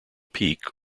peak